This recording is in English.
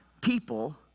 people